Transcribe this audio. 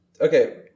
Okay